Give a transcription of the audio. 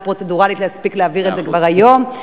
פרוצדורלית להספיק להעביר את זה כבר היום.